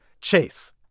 Chase